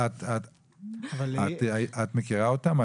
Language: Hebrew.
את מכירה אותם?